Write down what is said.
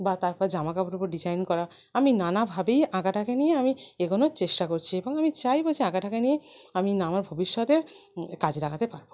বা তারপর জামা কাপড়ের উপর ডিজাইন করা আমি নানাভাবেই আঁকাটাকে নিয়ে আমি এগনোর চেষ্টা করছি এবং আমি চাইব যে আঁকাটাকে নিয়ে আমি না আমার ভবিষ্যতে কাজে লাগাতে পারব